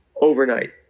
overnight